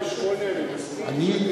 2008 אני מסכים,